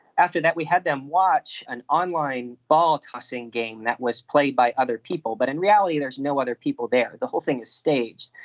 after that we had them watch an online ball tossing game that was played by other people, but in reality there was no other people there, the whole thing is staged.